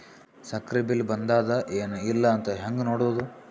ಸಕ್ರಿ ಬಿಲ್ ಬಂದಾದ ಏನ್ ಇಲ್ಲ ಅಂತ ಹೆಂಗ್ ನೋಡುದು?